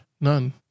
none